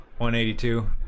182